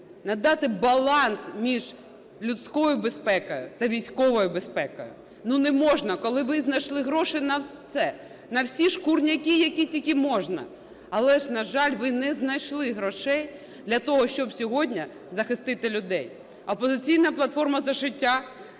надати баланс між людською безпекою та військовою безпекою. Ну, не можна, коли ви знайшли гроші на все, на всі "шкурняки", які тільки можна, але ж, на жаль, ви не знайшли грошей для того, щоб сьогодні захистити людей. "Опозиційна платформа - За життя"